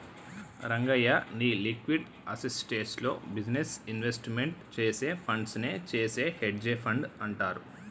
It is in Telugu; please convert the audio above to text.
రంగయ్య, నీ లిక్విడ్ అసేస్ట్స్ లో బిజినెస్ ఇన్వెస్ట్మెంట్ చేసే ఫండ్స్ నే చేసే హెడ్జె ఫండ్ అంటారు